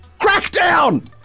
Crackdown